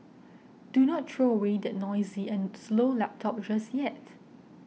do not throw away that noisy and slow laptop just yet